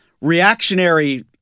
reactionary